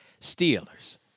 Steelers